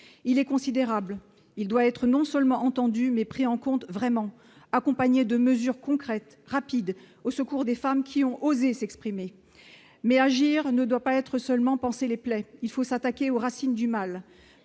il est considérable, il doit être non seulement entendu, mais pris en compte vraiment accompagnée de mesures concrètes, rapides au secours des femmes qui ont osé s'exprimer mais agir ne doit pas être seulement panser les plaies, il faut s'attaquer aux racines du mal,